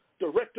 director